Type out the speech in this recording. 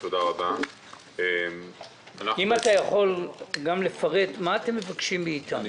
אם אתה יכול גם לפרט מה אתם דורשים מאיתנו,